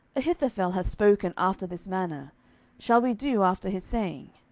ahithophel hath spoken after this manner shall we do after his saying?